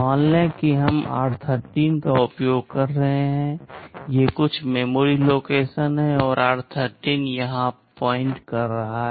मान लें कि हम r13 का उपयोग कर रहे हैं ये कुछ मेमोरी लोकेशन हैं और r13 यहाँ इंगित कर रहा है